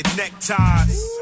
neckties